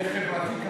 שיהיה חברתי-כלכלי.